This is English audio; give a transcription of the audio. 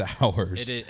hours